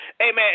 amen